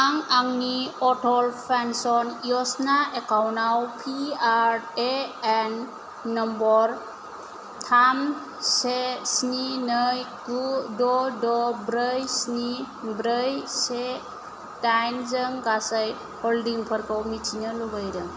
आं आंनि अटल पेन्सन यसना एकाउन्टआव पिआरएएन नम्बर थाम से स्नि नै गु द' द' ब्रै स्नि ब्रै से डाइन जों गासै हल्डिंफोरखौ मिथिनो लुबैदों